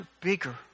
bigger